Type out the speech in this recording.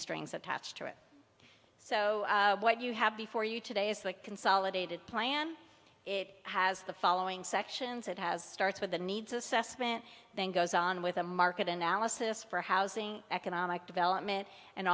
strings attached to it so what you have before you today is the consolidated plan it has the following sections it has starts with a needs assessment then goes on with a market analysis for housing economic development and